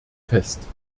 fest